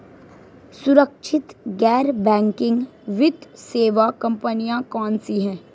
सुरक्षित गैर बैंकिंग वित्त सेवा कंपनियां कौनसी हैं?